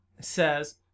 says